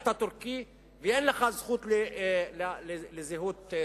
אתה טורקי ואין לך זכות לזהות כורדית,